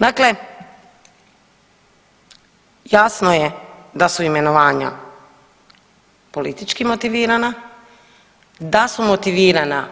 Dakle, jasno je da su imenovanja politički motivirana, da su motivirana